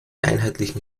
einheitlichen